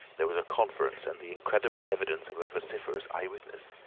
there was a conference, and the incredible evidence of a vociferous eye-witness.